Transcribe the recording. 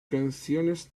canciones